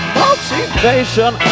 motivation